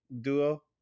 duo